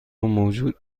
موجود